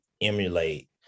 emulate